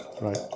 Right